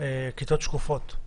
כיתות שקופות.